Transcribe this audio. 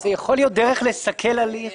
זו יכולה להיות דרך לסכל הליך.